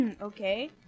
Okay